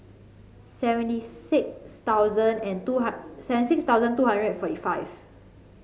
seventy six thousand and two seventy six thousand two hundred and forty five